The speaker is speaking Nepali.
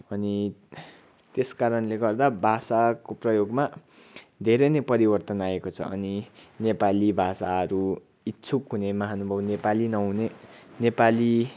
अनि त्यस कारणले गर्दा भाषाको प्रयोगमा धेरै नै परिवर्तन आएको छ अनि नेपाली भाषाहरू इच्छुक हुने महानुभाव नेपाली नहुने नेपाली